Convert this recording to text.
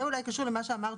זה אולי קשור אל מה שאמרת,